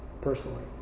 personally